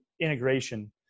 integration